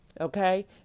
okay